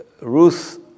Ruth